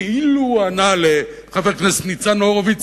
כאילו הוא ענה לחבר הכנסת ניצן הורוביץ